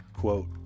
quote